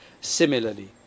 similarly